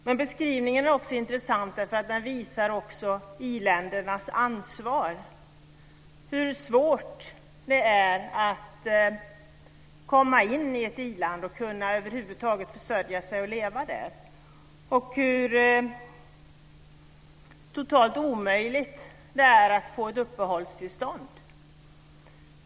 Men beskrivningen är också intressant därför att den visar i-ländernas ansvar, hur svårt det är att komma in i ett i-land och över huvud taget försörja sig och leva där och hur totalt omöjligt det är att få ett uppehållstillstånd.